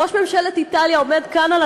ראש ממשלת איטליה עומד כאן היום,